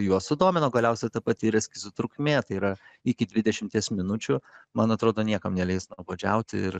juos sudomin o galiausia ta pati ir eskizų trukmė tai yra iki dvidešimties minučių man atrodo niekam neleis nuobodžiauti ir